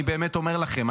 אני אומר לכם,